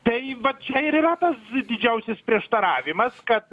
tai va čia ir yra tas didžiausias prieštaravimas kad